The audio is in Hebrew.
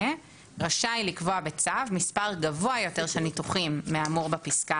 רשאי לקבוע בצו מספר גבוה יותר של ניתוחים מהאמור בפסקה